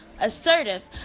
assertive